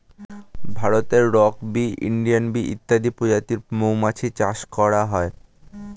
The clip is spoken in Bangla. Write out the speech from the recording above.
ভারতে রক্ বী, ইন্ডিয়ান বী ইত্যাদি প্রজাতির মৌমাছি চাষ করা হয়